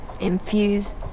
infuse